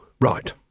right